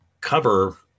cover